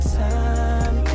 time